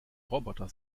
roboter